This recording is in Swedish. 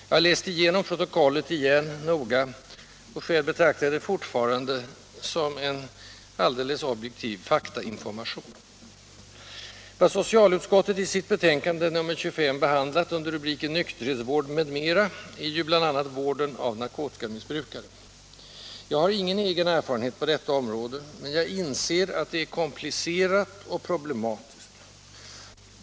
Jag har noga läst igenom protokollet igen och jag betraktar fortfarande det jag anförde som en alldeles objektiv faktainformation. Vad socialutskottet i sitt betänkande nr 25 behandlar under rubriken Nykterhetsvård m.m. är bl.a. vården av narkotikamissbrukare. Jag har ingen egen erfarenhet på detta område, men jag inser att det är komplicerat och problematiskt.